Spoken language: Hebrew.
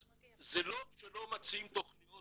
אז זה לא שלא מציעים תכניות